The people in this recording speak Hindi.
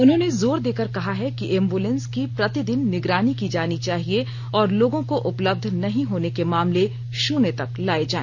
उन्होंने जोर देकर कहा है कि एम्बुलेंस की प्रतिदिन निगरानी की जानी चाहिए और लोगों को उपलब्ध नहीं होने के मामले शून्य तक लाये जाए